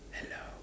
hello